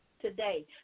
today